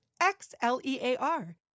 X-L-E-A-R